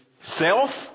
self